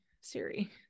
Siri